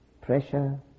pressure